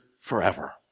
forever